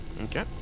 Okay